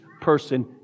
person